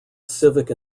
civic